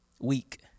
week